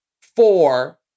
four